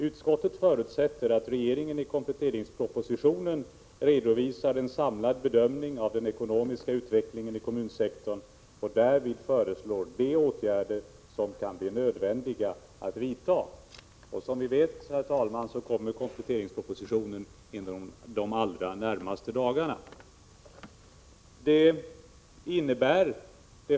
Utskottet förutsätter att regeringen i kompletteringspropositionen redovisar en samlad bedömning av den ekonomiska utvecklingen i kommunsektorn och därvid föreslår de åtgärder som kan bli nödvändiga att vidta.” Som vi vet, herr talman, kommer kompletteringspropositionen inom de allra närmaste dagarna.